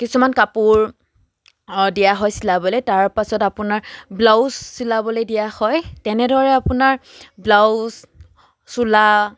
কিছুমান কাপোৰ দিয়া হয় চিলাবলৈ তাৰ পাছত আপোনাৰ ব্লাউজ চিলাবলৈ দিয়া হয় তেনেদৰে আপোনাৰ ব্লাউজ চোলা